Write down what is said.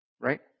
right